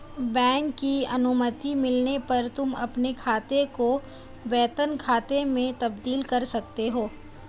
bank की अनुमति मिलने पर तुम अपने खाते को वेतन खाते में तब्दील कर सकते हो